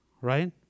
right